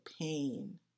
pain